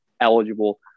eligible